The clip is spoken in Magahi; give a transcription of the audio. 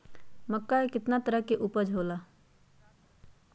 मक्का के कितना तरह के उपज हो ला?